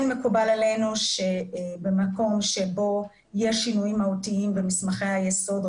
כן מקובל עלינו שבמקום שבו יש שינויים מהותיים במסמכי היסוד,